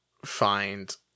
find